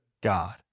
God